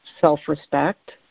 self-respect